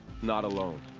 not alone.